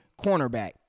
cornerback